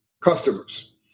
customers